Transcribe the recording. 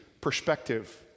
Perspective